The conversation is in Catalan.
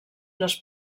les